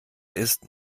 ist